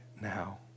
now